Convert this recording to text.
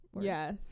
yes